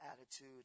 attitude